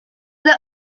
the